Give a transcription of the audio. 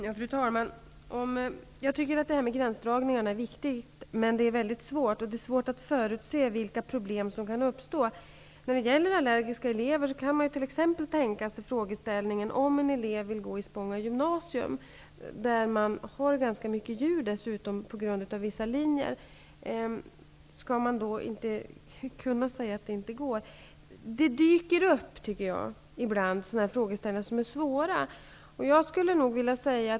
Fru talman! Jag tycker att frågan om gränsdragningar är viktig, men detta är väldigt svårt, och det är svårt att förutse vilka problem som kan uppstå. Man kan t.ex. tänka sig att en allergisk elev skulle vilja gå i Spånga gymnasium, där det på grund av vissa linjer finns ganska mycket djur. Skall man då inte kunna säga till eleven att det inte går? Det dyker ibland upp frågeställningar som är svåra.